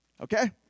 okay